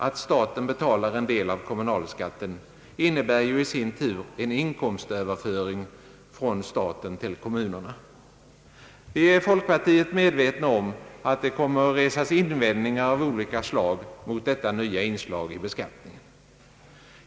Att staten betalar en del av kommunalskatten innebär ju i sin tur en inkomstöverföring från staten till kommunerna. Vi är i folkpartiet medvetna om att invändningar av olika art kommer att resas mot detta nya inslag i skattesystemet.